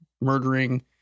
murdering